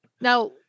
Now-